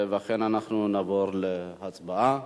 נעבור להצבעה.